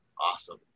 Awesome